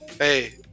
Hey